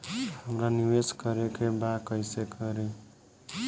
हमरा निवेश करे के बा कईसे करी?